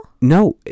No